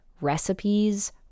Recipes